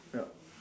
yup